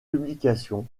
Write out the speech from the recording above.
publications